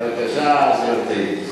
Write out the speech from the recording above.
בבקשה, גברתי.